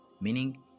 meaning